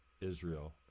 Israel